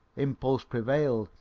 impulse prevailed,